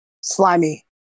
slimy